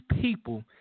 people